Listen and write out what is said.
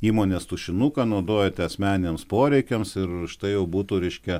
įmonės tušinuką naudojate asmeniniams poreikiams ir štai jau būtų reiškia